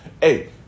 Hey